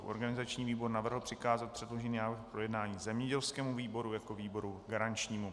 Organizační výbor navrhl přikázat předložený návrh k projednání zemědělskému výboru jako výboru garančnímu.